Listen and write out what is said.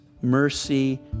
mercy